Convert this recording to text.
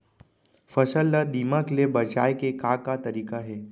फसल ला दीमक ले बचाये के का का तरीका हे?